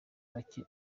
bake